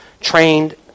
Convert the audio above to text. trained